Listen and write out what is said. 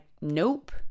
nope